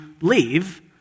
leave